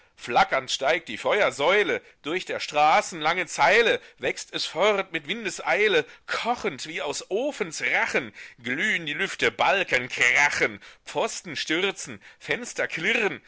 flackernd steigt die feuersäule durch der straßen lange zeile wächst es fort mit windeseile kochend wie aus ofens rachen glühn die lüfte balken krachen pfosten stürzen fenster klirren